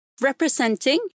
representing